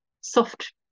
soft